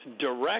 direct